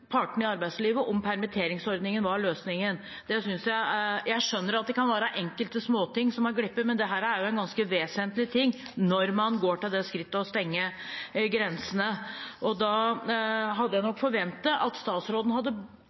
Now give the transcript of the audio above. partene i arbeidslivet om permitteringsordningen var løsningen. Jeg skjønner at det kan være enkelte småting som glipper, men dette er ganske vesentlig når man går til det skritt å stenge grensene. Da hadde jeg nok forventet at statsråden hadde